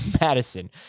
Madison